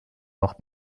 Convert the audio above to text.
noch